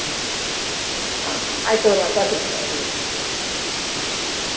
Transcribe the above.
ಹ್ಞೂ ಹಾಂ ಆಯ್ತು ತೋರಿ ಹಾಂ ಕಳ್ಸ್ತೀನಿ ಹುಡುಗನ್ನ ಹ್ಞೂ ಹಾಂ ಹಾಂ